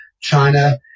China